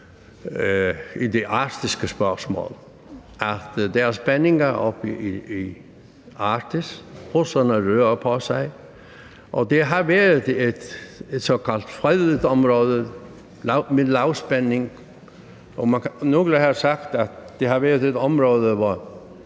det arktiske spørgsmål, nemlig at der er spændinger oppe i Arktis, at russerne rører på sig, og at det har været et såkaldt fredet område med lavspænding, og nogle har sagt, at det har været et område,